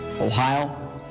Ohio